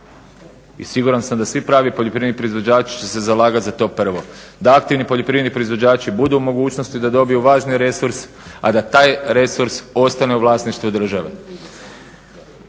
I siguran sam da svi pravi poljoprivredni proizvođači će se zalagati za to prvo. Da aktivni poljoprivredni proizvođači budu u mogućnosti da dobiju važan resurs, a da taj resurs ostane u vlasništvu države.